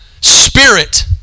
spirit